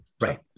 Right